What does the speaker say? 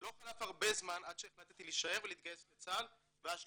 לא חלף הרבה זמן עד שהחלטתי להישאר ולהתגייס לצה"ל ואף